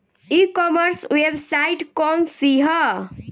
ई commerce website कौन सी है?